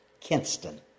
Kinston